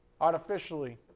artificially